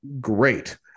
great